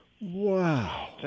Wow